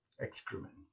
excrement